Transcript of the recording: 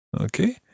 Okay